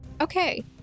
Okay